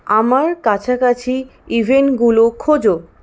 আমার কাছাকাছি ইভেন্টগুলো খোঁজো